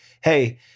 hey